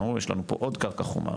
אמרו יש לנו פה עוד קרקע חומה,